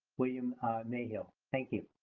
william myhill. thank you.